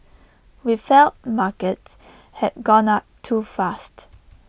we felt markets had gone up too fast